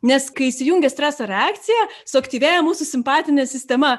nes kai įsijungia streso reakcija suaktyvėja mūsų simpatinė sistema